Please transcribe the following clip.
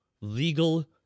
legal